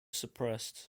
suppressed